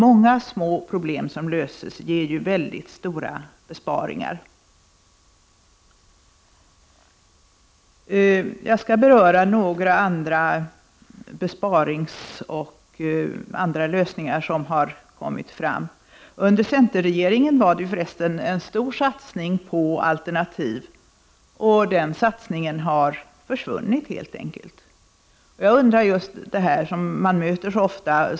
Många små problem som löses ger ju mycket stora besparingar. Jag skall beröra ett par möjligheter till besparingar och en del andra lösningar som har kommit fram i fråga om dessa problem. Under centerregeringens tid skedde en stor satsning på alternativa energikällor. Den satsningen har nu helt enkelt försvunnit.